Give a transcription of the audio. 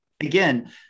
again